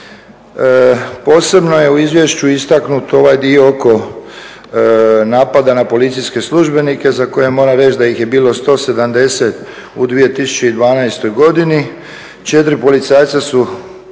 Posebno je u izvješću istaknut ovaj dio oko napada na policijske službenike za koje moram reći da ih je bilo 170 u 2012. godini, 4 policajca su